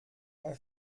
bei